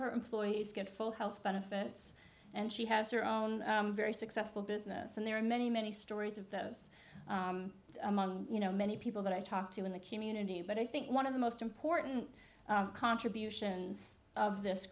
her employees get full health benefits and she has her own very successful business and there are many many stories of those among you know many people that i talked to in the community but i think one of the most important contributions of this